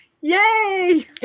yay